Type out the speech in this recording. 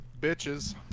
Bitches